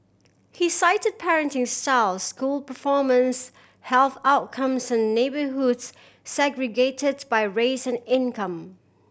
he cited parenting style school performance health outcomes and neighbourhoods segregated by race and income